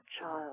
child